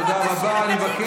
תודה רבה.